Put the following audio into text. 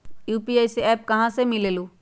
UPI app कहा से मिलेलु?